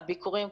הביקורים,